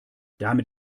damit